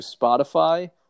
Spotify